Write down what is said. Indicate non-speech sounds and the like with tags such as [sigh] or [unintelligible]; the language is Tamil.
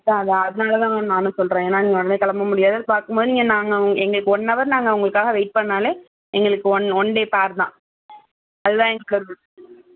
அதுதான் அதுதான் அதுனால் தான் நானும் சொல்கிறேன் ஏன்னால் நீங்கள் உடனே கிளம்ப முடியாது பார்க்கும் போது நீங்கள் நாங்கள் எங்களுக்கு ஒன்னவர் நாங்கள் உங்களுக்காக வெயிட் பண்ணிணாலே எங்களுக்கு ஒன் ஒன் டே ஃபேர் தான் அது தான் எங்களுக்கு [unintelligible]